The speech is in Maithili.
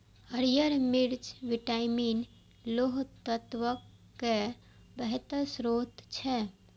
हरियर मिर्च विटामिन, लौह तत्वक बेहतर स्रोत होइ छै